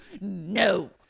no